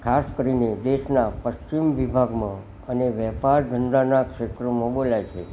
ખાસ કરીને દેશના પશ્ચિમ વિભાગમાં અને વેપાર ધંધાના ક્ષેત્રોમાં બોલાય છે